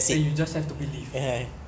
then you just have to believe eh